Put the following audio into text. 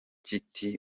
kiti